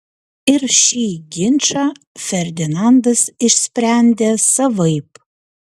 ir šį ginčą ferdinandas išsprendė savaip